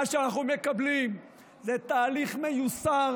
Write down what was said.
מה שאנחנו מקבלים זה תהליך מיוסר,